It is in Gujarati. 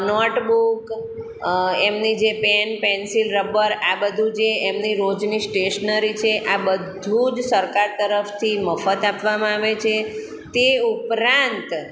નોટબુક એમની જે પેન પેન્સીલ રબર આ બધું જે એમની રોજની સ્ટેશનરી છે આ બધું જ સરકાર તરફથી મફત આપવામાં આવે છે તે ઉપરાંત